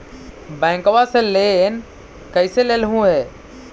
बैंकवा से लेन कैसे लेलहू हे?